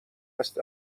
است